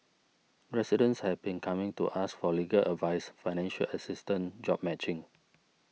residents have been coming to us for legal advice financial assistance job matching